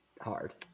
hard